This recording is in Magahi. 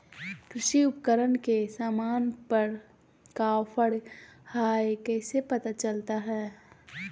कृषि उपकरण के सामान पर का ऑफर हाय कैसे पता चलता हय?